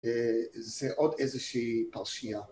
זה עוד איזושהי פרשייה